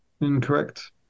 Incorrect